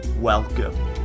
Welcome